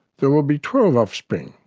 there will be twelve offspring,